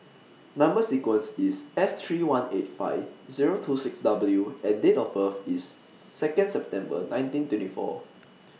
Number sequence IS S three one eight five Zero two six W and Date of birth IS Second December nineteen twenty four